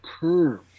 curve